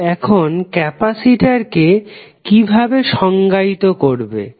তো এখন ক্যাপাসিটরকে কিভাবে সংজ্ঞায়িত করবে